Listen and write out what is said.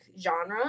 genre